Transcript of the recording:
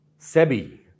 Sebi